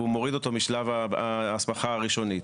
והוא מוריד אותו משלב ההסמכה הראשוני.